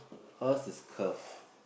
hers is curve